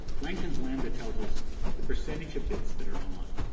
langton's lambda tells us the percentage of bits that are on.